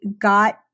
got